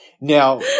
Now